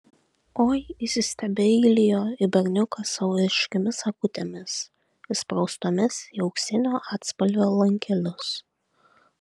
oi įsistebeilijo į berniuką savo ryškiomis akutėmis įspraustomis į auksinio atspalvio lankelius